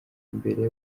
imbere